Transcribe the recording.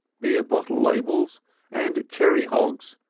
beer bottle labels and cherry hogs,